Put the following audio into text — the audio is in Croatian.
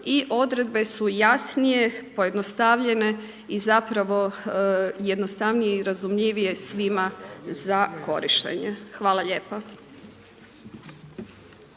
i odredbe su jasnije, pojednostavljene i zapravo jednostavnije i razumljivije svima za korištenje. Hvala lijepa.